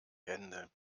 hände